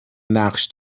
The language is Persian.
نقش